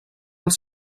els